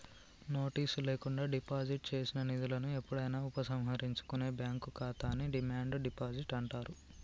notice లేకుండా deposit చేసిన నిధులను ఎప్పుడైనా ఉపసంహరించుకునే బ్యాంక్ ఖాతాని డిమాండ్ డిపాజిట్ అంటారు